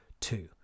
two